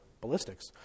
ballistics